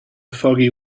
foggy